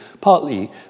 partly